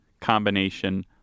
combination